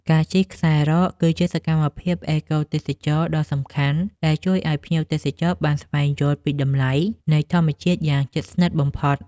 ការជិះខ្សែរ៉ក គឺជាសកម្មភាពអេកូទេសចរណ៍ដ៏សំខាន់ដែលជួយឱ្យភ្ញៀវទេសចរបានស្វែងយល់ពីតម្លៃនៃធម្មជាតិយ៉ាងជិតស្និទ្ធបំផុត។